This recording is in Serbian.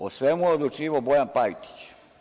O svemu je odlučivao Bojan Pajtić.